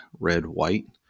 REDWHITE